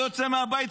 לא יוצא מהבית,